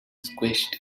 squished